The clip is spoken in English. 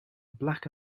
black